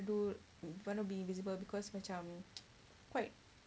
do wanna be invisible because macam quite